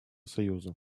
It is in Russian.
союза